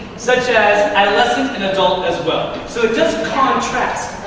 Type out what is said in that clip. such as, i lessened an adult as well. so it does contrast.